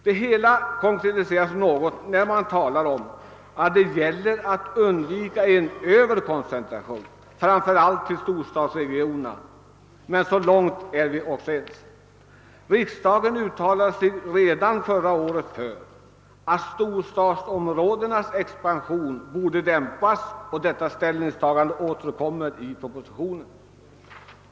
Det hela konkretiseras något när man talar om att det gäller att undvika en överkoncentration, framför allt till storstadsregionerna. Men så långt är vi också ense. Riksdagen uttalade sig redan förra året för att storstadsområdenas expansion borde dämpas, och detta ställningstagande återkommer i propositionen.